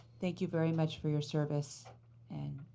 thank you very much for your service and